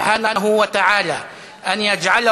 מי ייתן וחודש זה יהיה,